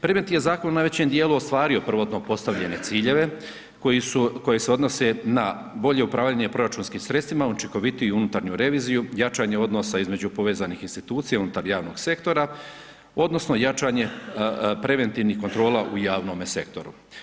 Predmet je zakon u najvećem dijelu ostvario prvotno postavljene ciljeve, koje se odnose na bolje upravljanje proračunskim sredstvima, učinkovitiji i unutarnju reviziju, jačanje odnosa između povezanih institucija unutar javnog sektora, odnosno, jačanje preventivnih kontrola u javnome sektoru.